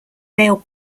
male